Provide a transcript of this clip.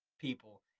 people